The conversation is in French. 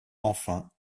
enfin